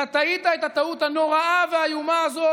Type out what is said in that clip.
אתה טעית את הטעות הנוראה והאיומה הזאת.